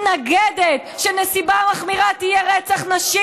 מתנגדת שרצח נשים